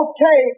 Okay